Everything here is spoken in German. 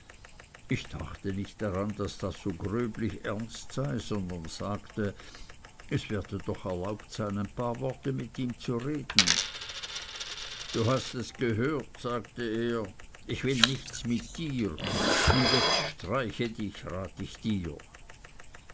ich dachte nicht daran daß das so gröblich ernst sei sondern sagte es werde doch erlaubt sein ein paar worte mit ihm zu reden du hast es gehört sagte er ich will nichts mit dir und jetzt streiche dich rate ich dir